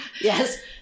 Yes